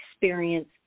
experience